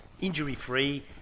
injury-free